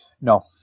No